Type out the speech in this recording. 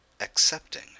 accepting